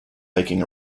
hiking